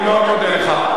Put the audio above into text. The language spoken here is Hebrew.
אני מאוד מודה לך.